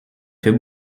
fait